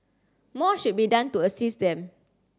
more should be done to assist them